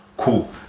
cool